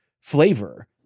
flavor